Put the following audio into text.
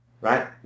right